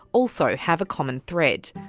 also have a common thread,